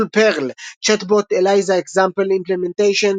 מודול פרל ChatbotEliza -- example implementation,